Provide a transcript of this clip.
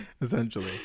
Essentially